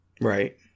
Right